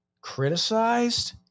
criticized